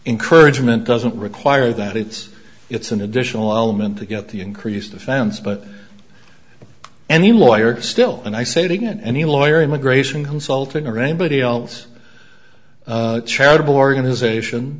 encouragement doesn't require that it's it's an additional element to get the increased offense but any lawyer still and i say to get any lawyer immigration consulting or anybody else charitable organization